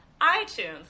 iTunes